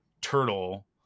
turtle